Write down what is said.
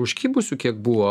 užkibusių kiek buvo